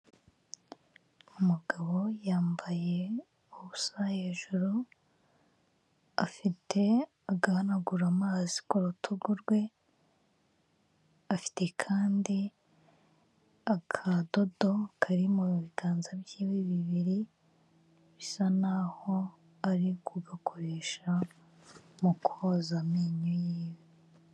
Umugabo yambaye ubusa hejuru, afite agahanagura amazi ku rutugu rwe, afite kandi akadodo kari mu biganza by'iwe bibiri, bisa naho ari kugakoresha mu koza amenyo yiwe.